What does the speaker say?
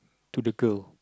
to the girl